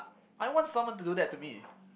I want someone to do that to me